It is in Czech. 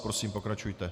Prosím, pokračujte.